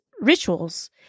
rituals